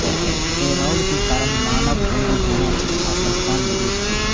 payroll के कारण मानव पूंजी जेना शिक्षा पर कम निवेश होइ छै